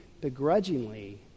begrudgingly